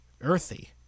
earthy